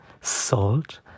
salt